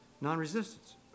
non-resistance